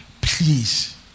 Please